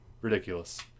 Ridiculous